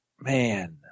Man